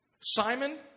Simon